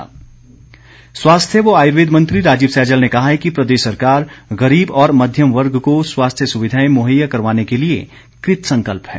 सैजल स्वास्थ्य व आयुर्वेद मंत्री राजीव सैजल ने कहा है कि प्रदेश सरकार गरीब और मध्यम वर्ग को स्वास्थ्य सुविधाएं मुहैया करवाने के लिए कृतसंकल्प है